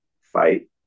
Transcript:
fight